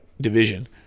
division